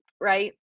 right